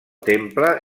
temple